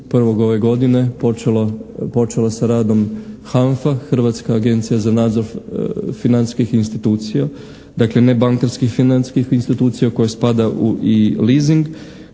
1.1. ove godine počelo sa radom HANFI Hrvatska agencija za nadzor financijskih institucija, dakle ne bankarskih financijskih institucija u koje spada i leasing,